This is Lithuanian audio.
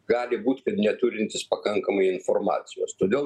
gali būt kad neturintys pakankamai informacijos todėl